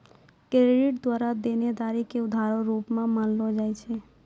credit द्वारा देनदारी के उधारो रूप मे मानलो जाय छै